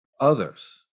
others